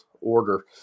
order